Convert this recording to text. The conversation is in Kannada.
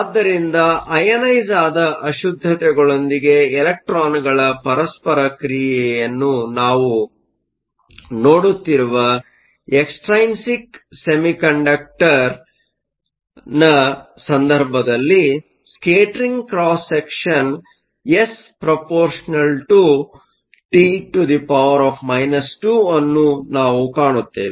ಆದ್ದರಿಂದ ಅಐನೈಸ಼್ ಆದ ಅಶುದ್ದತೆಗಳೊಂದಿಗೆ ಎಲೆಕ್ಟ್ರಾನ್ಗಳ ಪರಸ್ಪರ ಕ್ರಿಯೆಯನ್ನು ನಾವು ನೋಡುತ್ತಿರುವ ಎಕ್ಸ್ಟೈನ್ಸಿಕ ಸೆಮಿಕಂಡಕ್ಟರ್ನ ಸಂದರ್ಭದಲ್ಲಿ ಸ್ಕೇಟರಿಂಗ್ ಕ್ರಾಸ್ ಸೆಕ್ಷನ್ SαT 2 ಅನ್ನು ನಾವು ಕಾಣುತ್ತೇವೆ